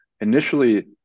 initially